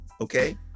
Okay